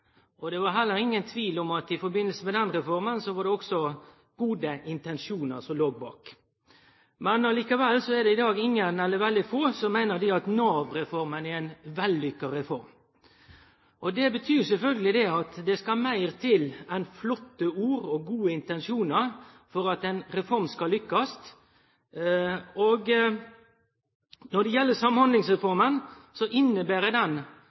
og det var heller ingen tvil om at det i samband med den reforma òg låg gode intensjonar bak. Men likevel er det ingen, eller veldig få, som meiner at Nav-reforma er ei vellykka reform. Det betyr sjølvsagt at det skal meir til enn flotte ord og gode intensjonar for at ei reform skal lykkast. Når det gjeld Samhandlingsreforma, inneber